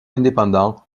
indépendants